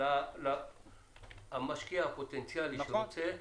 למשקיע הפוטנציאלי שרוצה.